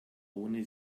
ohne